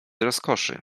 rozkoszy